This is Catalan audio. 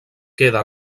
queda